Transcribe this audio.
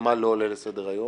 ומה לא עולה לסדר היום,